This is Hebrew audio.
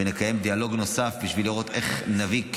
ונקיים דיאלוג נוסף בשביל לראות איך כן נביא,